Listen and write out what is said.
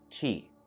Chi